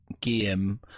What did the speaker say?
game